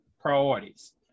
priorities